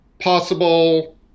possible